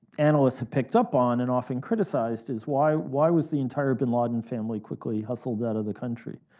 analysts have picked up on and often criticized, is why why was the entire bin laden family quickly hustled out of the country,